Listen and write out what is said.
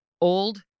old